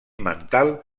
mental